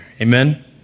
Amen